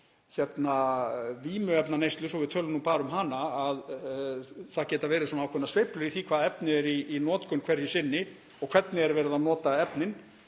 úr vímuefnaneyslu, svo að við tölum bara um hana, að það geta verið ákveðnar sveiflur í því hvaða efni eru í notkun hverju sinni og hvernig verið er að nota efnin.